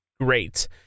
great